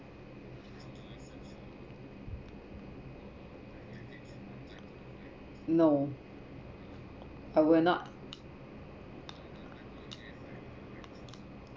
no I will not